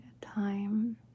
time